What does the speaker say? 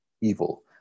evil